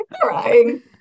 crying